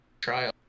trial